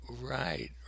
right